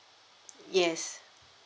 yes